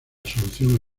solución